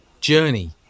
journey